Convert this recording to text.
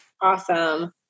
Awesome